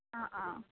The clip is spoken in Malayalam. ആ ആ